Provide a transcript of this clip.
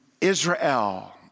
Israel